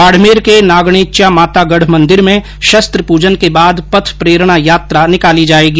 बाडमेर के नागणेच्या माता गढ मंदिर में शस्त्र पूजन के बाद पथ प्रेरणा यात्रा निकाली जायेगी